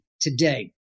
today